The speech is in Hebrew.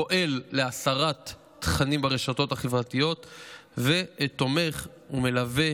פועל להסרת תכנים ברשתות החברתיות ותומך ומלווה